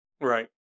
Right